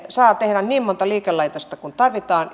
saa tehdä niin monta liikelaitosta kuin tarvitaan